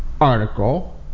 article